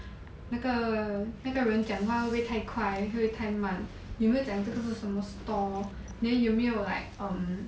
那个那个人人讲话会不会太快还是会太慢有没有讲这个是什么 store then 有没有 like um